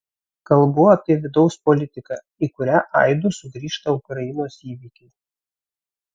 kalbu apie vidaus politiką į kurią aidu sugrįžta ukrainos įvykiai